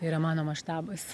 yra mano maštabas